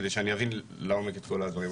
כדי שאני אבין לעומק את כל הדברים,